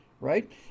right